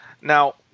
Now